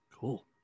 cool